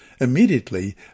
Immediately